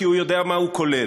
כי הוא יודע מה הוא כולל: